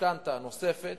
משכנתה נוספת,